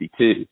1962